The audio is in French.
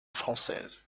française